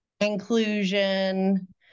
inclusion